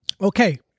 Okay